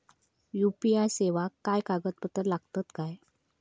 UPI सेवाक काय कागदपत्र लागतत काय?